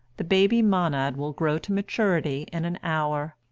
the baby monad will grow to maturity in an hour.